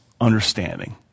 understanding